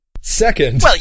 Second